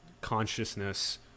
consciousness